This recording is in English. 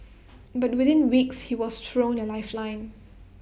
but within weeks he was thrown A lifeline